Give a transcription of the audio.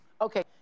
Okay